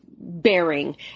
bearing